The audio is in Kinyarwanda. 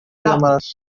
y’amaraso